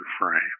frame